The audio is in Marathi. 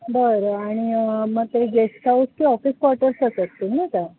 बरं आणि मग ते गेस्ट हाऊस ते ऑफिस क्वॉर्टर्सच असतील नाही का